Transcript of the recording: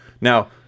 Now